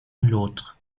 l’autre